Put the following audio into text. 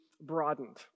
broadened